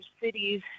cities